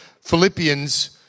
Philippians